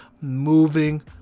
moving